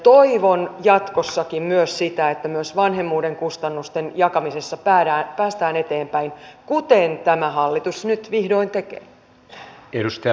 toivon jatkossakin myös sitä että myös vanhemmuuden kustannusten jakamisessa päästään eteenpäin kuten tämä hallitus nyt vihdoin tekee